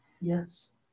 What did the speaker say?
Yes